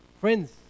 Friends